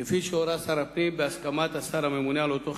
כפי שהורה שר הפנים בהסכמת השר הממונה על אותו חיקוק.